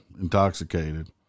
intoxicated